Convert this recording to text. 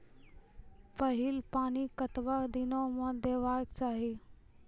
पहिल पानि कतबा दिनो म देबाक चाही?